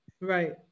Right